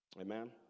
Amen